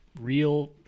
real